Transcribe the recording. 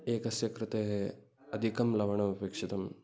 एकस्य कृते अधिकं लवणम् अपेक्षितं